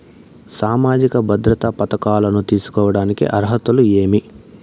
సామాజిక భద్రత పథకాలను తీసుకోడానికి అర్హతలు ఏమి?